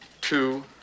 two